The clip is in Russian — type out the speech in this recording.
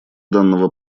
данного